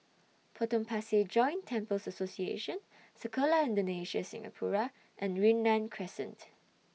Potong Pasir Joint Temples Association Sekolah Indonesia Singapura and Yunnan Crescent